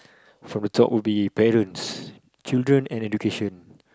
from the top would be parents children education